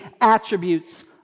attributes